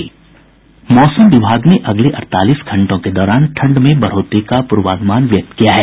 मौसम विभाग ने अगले अड़तालीस घंटों के दौरान ठंड में बढ़ोतरी का पूर्वानुमान व्यक्त किया है